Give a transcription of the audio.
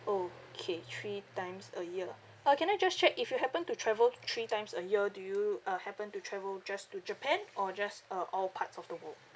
okay three times a year ah uh can I just check if you happen to travel three times a year do you uh happen to travel just to japan or just uh all parts of the world